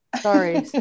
Sorry